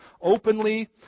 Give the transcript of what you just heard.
openly